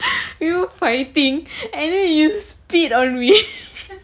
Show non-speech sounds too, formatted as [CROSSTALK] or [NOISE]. [LAUGHS] you fighting and then you spit on me